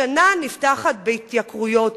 השנה נפתחת בהתייקרויות".